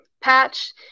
patch